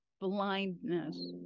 blindness